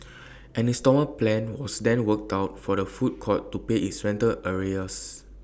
an instalment plan was then worked out for the food court to pay its rental arrears